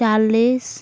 ᱪᱚᱞᱞᱤᱥ